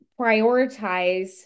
prioritize